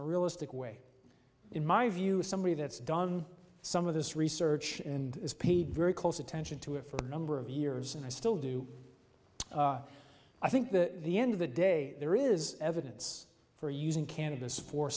a realistic way in my view is somebody that's done some of this research and has paid very close attention to it for a number of years and i still do i think that the end of the day there is evidence for using cannabis for